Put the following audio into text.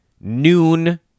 noon